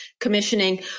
commissioning